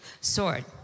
sword